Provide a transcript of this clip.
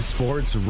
Sports